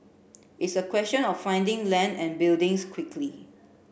it's a question of finding land and buildings quickly